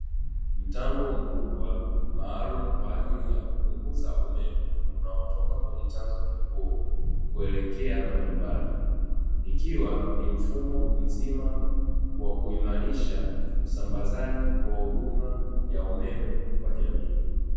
Mtambo mkubwa maalumu kwaajili ya kupunguza umeme unaotoka kwenye chanzo kikuu, kuelekea majumbani, ikiwa ni mfumo mzima wa kuimarisha usambazaji wa huduma ya umeme kwa jamii.